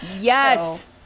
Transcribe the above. yes